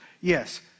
Yes